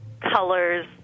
colors